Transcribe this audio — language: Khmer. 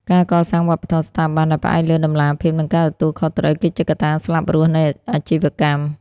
ការកសាងវប្បធម៌ស្ថាប័នដែលផ្អែកលើ "តម្លាភាព និងការទទួលខុសត្រូវ" គឺជាកត្តាស្លាប់រស់នៃអាជីវកម្ម។